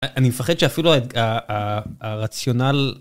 אני מפחד שאפילו הרציונל...